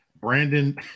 Brandon